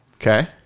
Okay